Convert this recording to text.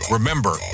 Remember